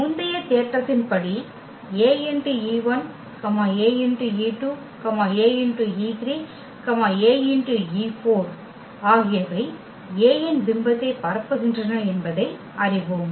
முந்தைய தேற்றத்தின் படி Ae1 Ae2 Ae3 Ae4 ஆகியவை A இன் பிம்பத்தை பரப்புகின்றன என்பதை அறிவோம்